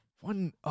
One